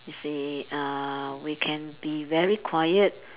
you see uh we can be very quiet